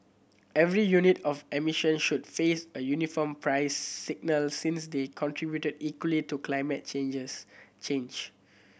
every unit of emissions should face a uniform price signal since they contribute equally to climate changes change